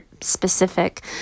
specific